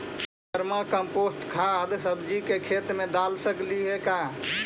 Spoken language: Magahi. वर्मी कमपोसत खाद सब्जी के खेत दाल सकली हे का?